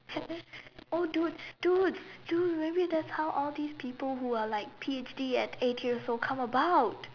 oh dude dude do you remember that's how all these people have P_H_D at eight years old come about